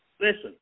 Listen